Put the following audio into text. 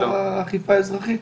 את האכיפה האזרחית?